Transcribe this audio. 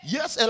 Yes